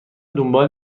دنبال